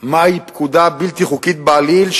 מהי פקודה בלתי חוקית בעליל,